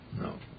no